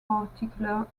particular